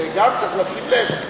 זה גם צריך לשים לב.